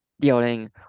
dealing